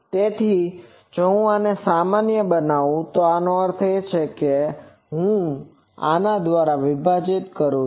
તેથી જો હું આને સામાન્ય બનાવું તેનો અર્થ એ કે હું આ ના દ્વારા વિભાજિત કરું છું